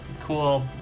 cool